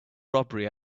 robbery